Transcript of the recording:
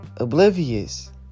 oblivious